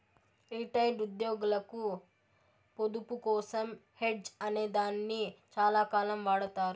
retired ఉద్యోగులకు పొదుపు కోసం హెడ్జ్ అనే దాన్ని చాలాకాలం వాడతారు